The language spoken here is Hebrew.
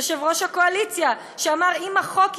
יושב-ראש הקואליציה, שאמר: אם החוק יעבור,